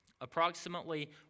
approximately